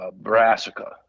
brassica